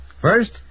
First